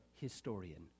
historian